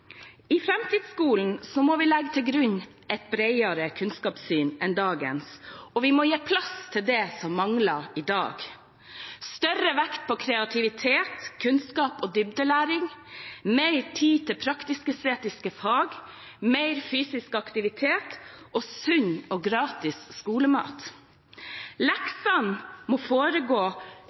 I framtidsskolen må vi legge til grunn et bredere kunnskapssyn enn dagens, og vi må gi plass til det som mangler i dag, med større vekt på kreativitet, kunnskap og dybdelæring, mer tid til praktisk-estetiske fag, mer fysisk aktivitet og sunn og gratis skolemat. Leksene må